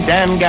Dan